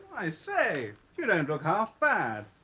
i say you don't and look half bad.